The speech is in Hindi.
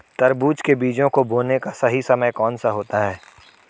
तरबूज के बीजों को बोने का सही समय कौनसा होता है?